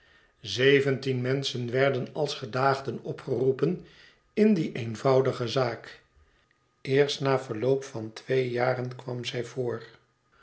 zeventien menschen werden als gedaagden opgeroepen in die eenvoudige zaak eerst na verloop van twee jaren kwam zij voor